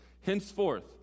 Henceforth